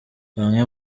bamwe